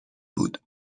بود